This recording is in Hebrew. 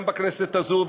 גם בכנסת הזאת,